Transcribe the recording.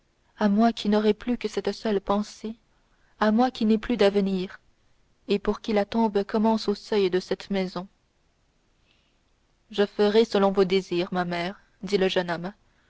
à moi qui n'aurai plus que cette seule pensée à moi qui n'ai plus d'avenir et pour qui la tombe commence au seuil de cette maison je ferai selon vos désirs ma mère dit le jeune homme